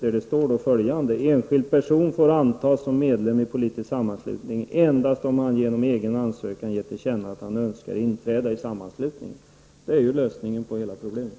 I det står bl.a.: ''Enskild person får antas som medlem i politisk sammanslutning endast om han genom egen ansökan ger till känna att han önskar inträda i sammanslutningen.'' Det är lösningen på hela problemet.